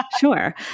Sure